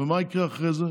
מה יקרה אחרי זה?